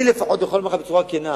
אני לפחות יכול לומר לך בצורה כנה,